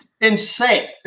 Insane